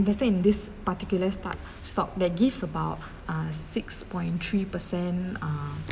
invested in this particular start stop that gives about uh six point three percent uh